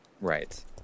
Right